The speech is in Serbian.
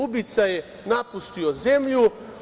Ubica je napustio zemlju.